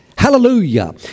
Hallelujah